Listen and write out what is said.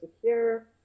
secure